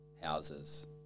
houses